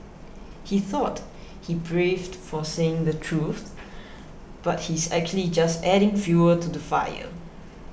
he thought he's braved for saying the truth but he's actually just adding fuel to the fire